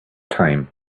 time